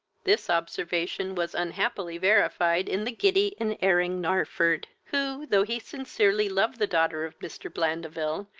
this observation was unhappily verified in the giddy and erring narford, who, though he sincerely loved the daughter of mr. blandeville,